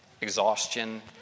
Exhaustion